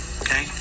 okay